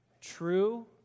true